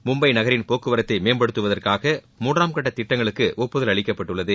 மும்பை நகரின் போக்குவரத்தை மேம்படுத்துவதற்காக மூன்றாம் கட்ட திட்டங்களுக்கு ஒப்புதல் அளிக்கப்பட்டுள்ளது